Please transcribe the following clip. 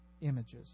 images